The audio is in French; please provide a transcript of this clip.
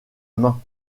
main